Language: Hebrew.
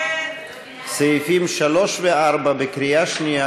סעיפים 3 ו-4 בקריאה שנייה,